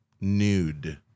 nude